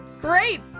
Great